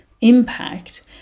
impact